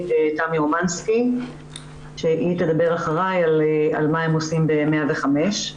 תמי אומנסקי שהיא תדבר אחרי על מה הם עושים ב-105.